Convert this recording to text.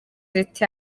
leta